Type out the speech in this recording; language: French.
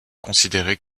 considérées